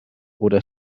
oder